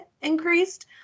increased